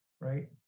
right